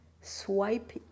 swipe